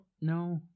No